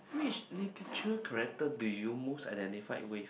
which literature character do you most identify with